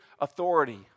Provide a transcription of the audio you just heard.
authority